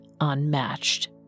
unmatched